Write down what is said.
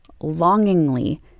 longingly